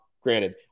granted